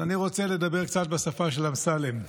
אני רוצה לדבר קצת בשפה של אמסלם.